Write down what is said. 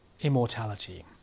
immortality